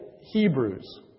Hebrews